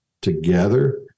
together